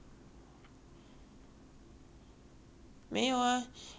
没有 ah monkey 只是坐在那边吃 lor 给他吃面包